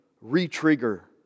re-trigger